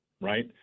right